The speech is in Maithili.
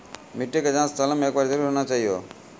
मिट्टी के जाँच सालों मे एक बार जरूर होना चाहियो?